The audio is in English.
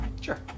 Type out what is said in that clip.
Sure